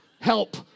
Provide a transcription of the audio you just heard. help